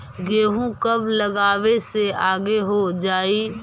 गेहूं कब लगावे से आगे हो जाई?